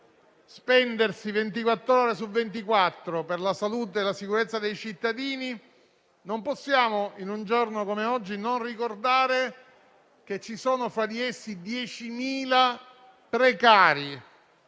ore su ventiquattro, per la salute e la sicurezza dei cittadini, non possiamo in un giorno come oggi non ricordare che ci sono fra di essi 10.000 precari.